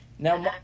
Now